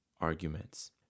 arguments